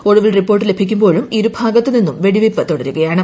ഒടുവിൽ റിപ്പോർട്ട് ലഭിക്കുമ്പോഴും ഇരു ഭാഗത്തു നിന്നും വെടിവയ്പ് തുടരുകയാണ്